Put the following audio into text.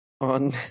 on